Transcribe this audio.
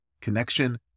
Connection